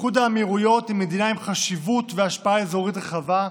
איחוד האמירויות היא מדינה עם חשיבות והשפעה אזורית רחבה,